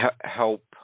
help